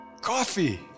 Coffee